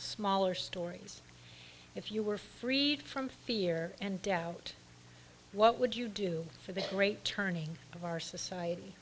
smaller stories if you were freed from fear and doubt what would you do for the great turning of our society